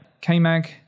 K-Mag